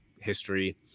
history